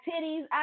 titties